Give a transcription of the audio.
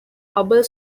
hubble